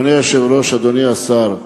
אדוני היושב-ראש, אדוני השר,